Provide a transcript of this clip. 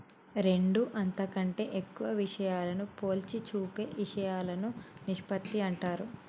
రెండు అంతకంటే ఎక్కువ విషయాలను పోల్చి చూపే ఇషయాలను నిష్పత్తి అంటారు